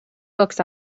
books